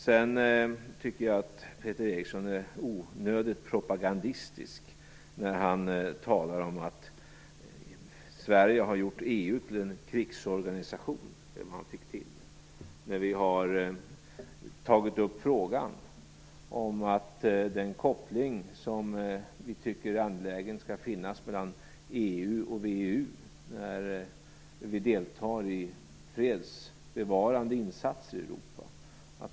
Jag tycker att Peter Eriksson är onödigt propagandistisk när han talar om att Sverige har gjort EU till en krigsorganisation, eller hur han fick till det, därför att vi har tagit upp frågan om den koppling som vi tycker det är angeläget finns mellan EU och VEU när vi deltar i fredsbevarande insatser i Europa.